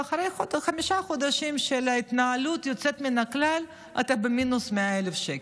ואחרי חמישה חודשים של התנהלות יוצאת מן הכלל אתה במינוס 100,000 שקל.